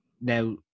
now